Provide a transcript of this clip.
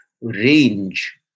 range